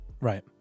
right